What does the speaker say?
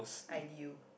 ideal